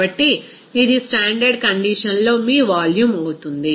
కాబట్టి ఇది standard condition లో మీ వాల్యూమ్ అవుతుంది